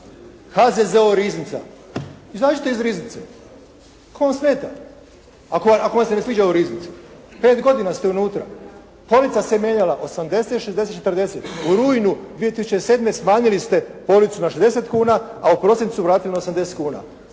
HZZO riznica, izađite iz riznice, tko vam smeta, ako vam se ne sviđa u riznici. Pet godina ste unutra. Polica se mijenjala 80, 60, 40 u rujnu 2007. smanjili ste policu na 60 kuna a u prosincu vratili na 80 kuna.